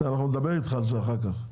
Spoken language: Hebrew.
אנחנו נדבר איתך על זה אחר כך.